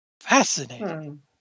Fascinating